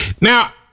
Now